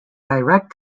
direct